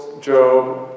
Job